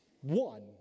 One